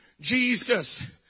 Jesus